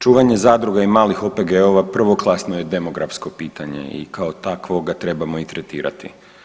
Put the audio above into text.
Čuvanje zadruga i malih OPG-ova prvoklasno je demografsko pitanje i kao takvo ga trebamo i tretirati.